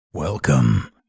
welcome